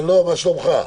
שלום, מה שלומך?